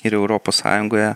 ir europos sąjungoje